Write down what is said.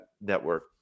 network